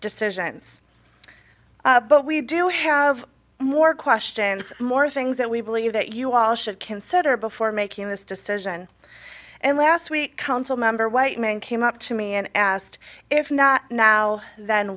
decisions but we do have more questions more things that we believe that you all should consider before making this decision and last week council member white man came up to me and asked if not now th